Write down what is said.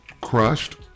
crushed